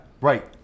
Right